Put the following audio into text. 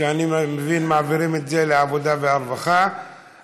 אני מבין שמעבירים את זה לוועדת העבודה והרווחה.